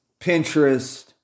Pinterest